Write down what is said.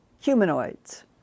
humanoids